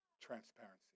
transparency